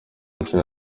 nshuro